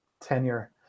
tenure